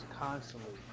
constantly